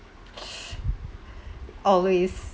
always